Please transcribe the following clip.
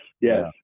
yes